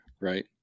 right